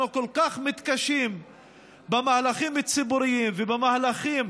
אנחנו כל כך מתקשים במהלכים ציבוריים ובמהלכים